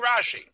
Rashi